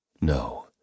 No